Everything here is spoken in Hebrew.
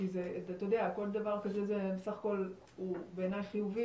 כי כל דבר כזה זה בסך הכול הוא בעיניי חיובי,